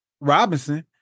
Robinson